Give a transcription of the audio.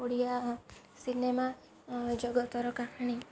Odia cinema ଜଗତର କାହାଣୀ